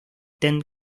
ten